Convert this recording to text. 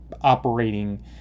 operating